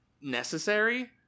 necessary